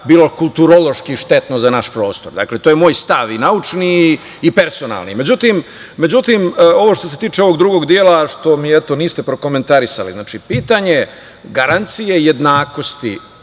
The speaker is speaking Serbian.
bilo kulturološki štetno za naš prostor. Dakle, to je moj stav, i naučni i personalni. Međutim, što se tiče ovog drugog dela koji mi, eto, niste prokomentarisali, znači pitanje garancije jednakosti